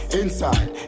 inside